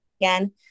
again